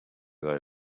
they